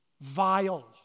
vile